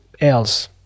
else